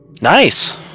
Nice